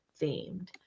themed